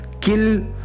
kill